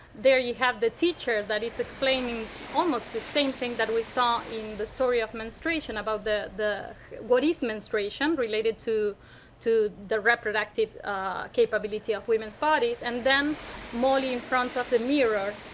there you have the teacher that is explaining almost the same thing that we saw in the story of menstruation about the the body's menstruation related to to the reproductive capability of women's bodies and then molly in front of the mirror